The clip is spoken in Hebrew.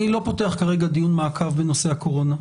אני לא פותח כרגע דיון מעקב בנושא הקורונה.